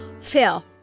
Phil